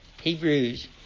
Hebrews